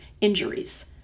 injuries